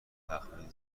تخمین